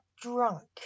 drunk